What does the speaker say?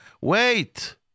Wait